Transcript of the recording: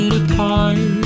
apart